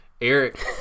Eric